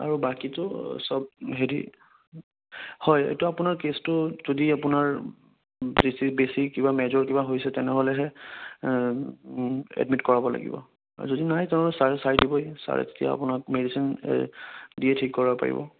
আৰু বাকীতো চব হেৰি হয় এইটো আপোনাৰ কেচটো যদি আপোনাৰ বেছি বেছি কিবা মেজৰ কিবা হৈছে তেনেহ'লেহে এডমিট কৰাব লাগিব আৰু যদি নাই তেনে ছাৰে চাই দিবই ছাৰে তেতিয়া আপোনাক মেডিচিন দিয়ে ঠিক কৰাব পাৰিব